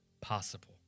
possible